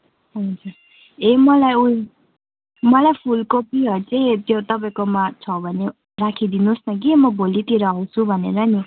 हजुर ए मलाई उयो मलाई फुलकोपीहरू चाहिँ त्यो तपाईँकोमा छ भने राखिदिनु होस् न कि म भोलितिर आउँछु भनेर नि